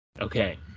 okay